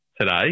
today